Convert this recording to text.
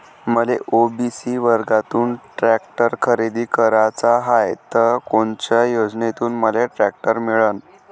मले ओ.बी.सी वर्गातून टॅक्टर खरेदी कराचा हाये त कोनच्या योजनेतून मले टॅक्टर मिळन?